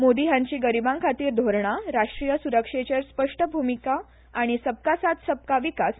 मोदी हांची गरीबाखातीर धोरणां राष्ट्रीय सुरक्षेचेर स्पष्ट भूमिका आनी सबका साथ सबका विकास